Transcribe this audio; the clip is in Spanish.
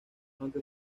aunque